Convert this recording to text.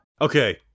okay